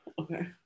Okay